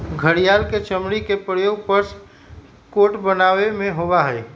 घड़ियाल के चमड़ी के प्रयोग पर्स कोट बनावे में होबा हई